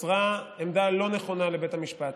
מסרה עמדה לא נכונה לבית המשפט.